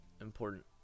important